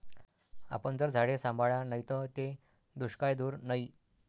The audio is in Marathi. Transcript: आपन जर झाडे सांभाळा नैत ते दुष्काळ दूर नै